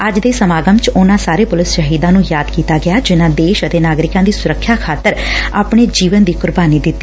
ਅੱਜ ਦੇ ਸਮਾਗਮ ਚ ਉਨ੍ਪਾਂ ਸਾਰੇ ਪੁਲਿਸ ਸ਼ਹੀਦਾਂ ਨੂੰ ਯਾਦ ਕੀਤਾ ਗਿਆ ਜਿਨ੍ਪਾਂ ਦੇਸ਼ ਅਤੇ ਨਾਗਰਿਕਾਂ ਦੀ ਸੁਰੱਖਿਆ ਖਾਤਰ ਆਪਣੇ ਜੀਵਨ ਦੀ ਕੁਰਬਾਨੀ ਦਿੱਤੀ